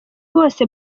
bose